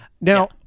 Now